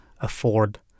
afford